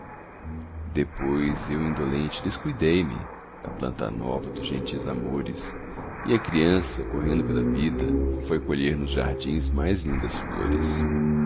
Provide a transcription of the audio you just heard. depois eu indolente descuidei me da planta nova dos gentis amores e a criança correndo pela vida foi colher nos jardins mais lindas flores